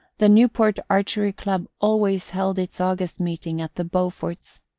the newport archery club always held its august meeting at the beauforts'.